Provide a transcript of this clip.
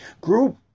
group